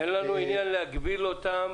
אין לנו עניין להגביל אותן,